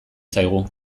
zaigu